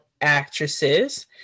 actresses